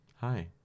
hi